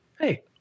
Hey